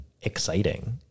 exciting